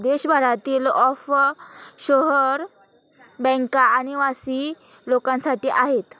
देशभरातील ऑफशोअर बँका अनिवासी लोकांसाठी आहेत